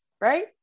right